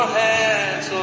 hands